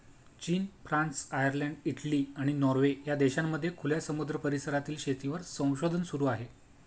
चीन, France, Ireland, Italy, आणि Norway या देशांमध्ये खुल्या समुद्र परिसरातील शेतीवर संशोधन सुरू आहे